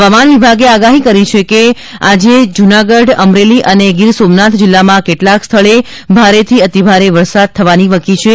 હવામાન વિભાગે આગાહી કરી છે કે આજે જૂનાગઢ અમરેલી અને ગીર સોમનાથ જિલ્લામાં કેટલાંક સ્થળે ભારેથી અતિભારે વરસાદ થવાની વકી છે